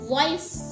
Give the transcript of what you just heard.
Voice